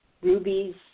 rubies